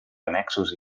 annexos